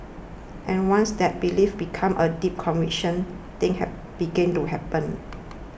and once that belief becomes a deep conviction things begin to happen